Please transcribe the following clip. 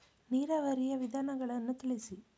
ನೀರಾವರಿಯ ವಿಧಾನಗಳನ್ನು ತಿಳಿಸಿ?